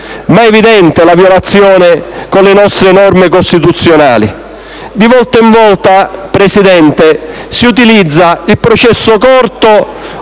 È evidente la violazione anche delle nostre norme costituzionali. Di volta in volta si utilizza il processo corto